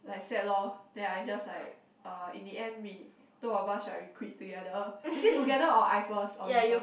like sad lor then I just like uh in the end we two of us right we quit together is it together or I first or you first